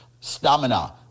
stamina